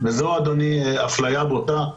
וזו אפליה בוטה.